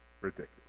ridiculous